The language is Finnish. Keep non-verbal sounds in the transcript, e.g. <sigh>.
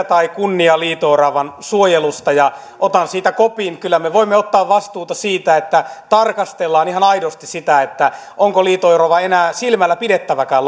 <unintelligible> tai kunnian liito oravan suojelusta ja otan siitä kopin kyllä me voimme ottaa vastuuta siitä että tarkastellaan ihan aidosti sitä onko liito orava enää silmällä pidettäväkään <unintelligible>